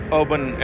urban